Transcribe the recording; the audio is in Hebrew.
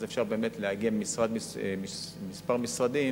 אז אפשר באמת לעגן כמה משרדים